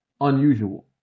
unusual